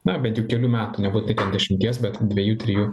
na bet juk kelių metų nebūti keliasdešimties bet dviejų trijų